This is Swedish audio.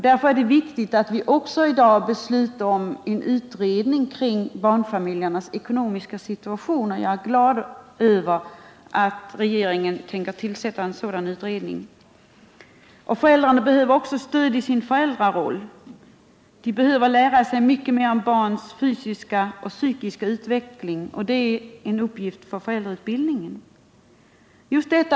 Därför är det viktigt att vi i dag beslutar om en utredning kring barnfamiljernas ekonomiska situation, och jag är glad över att regeringen tänker tillsätta en sådan utredning. Föräldrarna behöver också stöd i sin föräldraroll. De behöver lära sig mycket mer om barns fysiska och psykiska utveckling — detta är en uppgift för föräldrautbildningen.